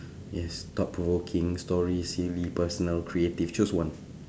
yes thought provoking stories silly personal creative choose one